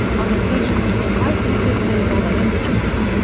on occasion, white also plays other instruments,